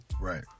Right